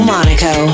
Monaco